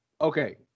Okay